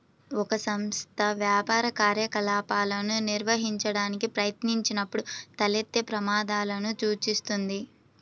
ఒక సంస్థ వ్యాపార కార్యకలాపాలను నిర్వహించడానికి ప్రయత్నించినప్పుడు తలెత్తే ప్రమాదాలను సూచిస్తుంది